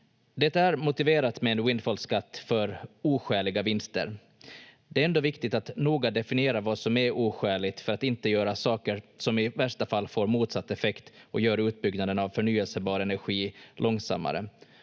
Det är motiverat med en windfall-skatt för oskäliga vinster. Det är ändå viktigt att noga definiera vad som är oskäligt för att inte göra saker som i värsta fall får motsatt effekt och gör utbyggnaden av förnyelsebar energi långsammare,